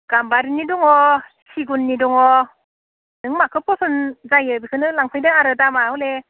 गाम्बारिनि दङ सिगुननि दङ नों माखो पसन जायो बिखोनो लांफैदो आरो दामा हले